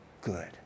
good